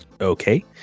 Okay